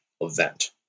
event